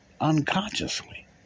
Unconsciously